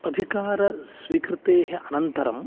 अधिकारस्वीकृतेः अनन्तरम्